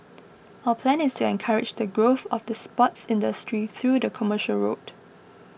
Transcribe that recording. our plan is to encourage the growth of the sports industry through the commercial route